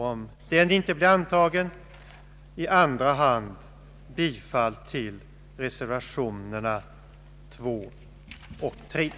Om den inte blir antagen yrkar jag i andra hand bifall till reservationerna II och III.